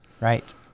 Right